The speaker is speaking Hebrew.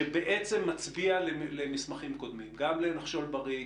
שבעצם מצביע למסמכים קודמים גם ל"נחשול בריא",